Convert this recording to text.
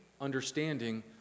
understanding